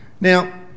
Now